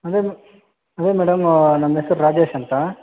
ಅದೇ ಅದೇ ಮೇಡಮ್ ನನ್ನ ಹೆಸರು ರಾಜೇಶ್ ಅಂತ